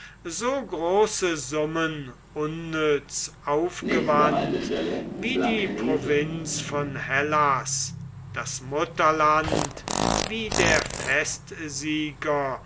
so große summen unnütz aufgewandt wie die provinz von hellas das mutterland wie der